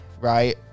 right